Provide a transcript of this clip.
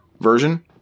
version